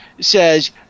says